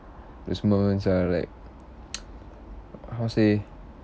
those moments are like how to say